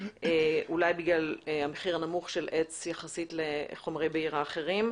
אולי בגלל המחיר הנמוך של עץ יחסית לחומרי בעירה אחרים.